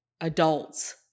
adults